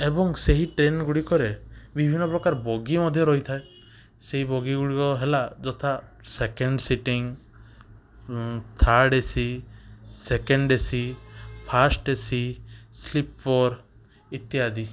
ଏବଂ ସେହି ଟ୍ରେନ ଗୁଡ଼ିକରେ ବିଭିନ୍ନପ୍ରକାର ବଗି ମଧ୍ୟ ରହିଥାଏ ସେହି ବଗିଗୁଡ଼ିକ ହେଲା ଯଥା second sitting third A C second A C first A C sleeper ଇତ୍ୟାଦି